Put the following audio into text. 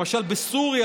למשל בסוריה,